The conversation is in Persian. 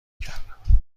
میکردم